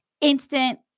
instant